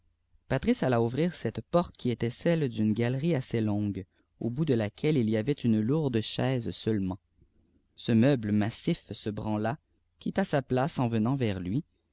alla omtîr cette porte qui était câïe d'une galerie assez longue au bout e laquelle iï y avait une lourde chaise seulement ce meuble massif se branla quitta sa place en venant vers lui